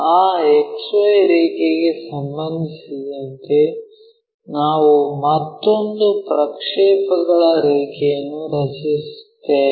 ಆ XY ರೇಖೆಗೆ ಸಂಬಂಧಿಸಿದಂತೆ ನಾವು ಮತ್ತೊಂದು ಪ್ರಕ್ಷೇಪಗಳ ರೇಖೆಯನ್ನು ರಚಿಸುತ್ತೇವೆ